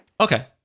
Okay